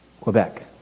Quebec